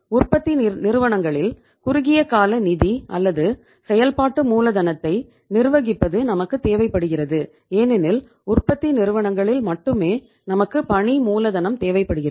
உற்பத்தி நிறுவனங்களில் குறுகிய கால நிதி அல்லது செயல்பாட்டு மூலதனத்தை நிர்வகிப்பது நமக்கு தேவைப்படுகிறது ஏனெனில் உற்பத்தி நிறுவனங்களில் மட்டுமே நமக்கு பணி மூலதனம் தேவைப்படுகிறது